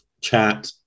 chat